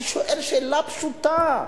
אני שואל שאלה פשוטה: